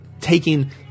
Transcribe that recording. taking